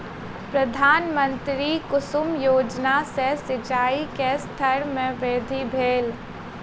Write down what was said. प्रधानमंत्री कुसुम योजना सॅ सिचाई के स्तर में वृद्धि भेल